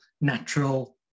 natural